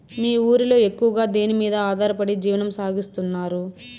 మీ ఊరిలో ఎక్కువగా దేనిమీద ఆధారపడి జీవనం సాగిస్తున్నారు?